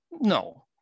no